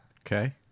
Okay